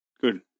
Good